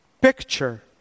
picture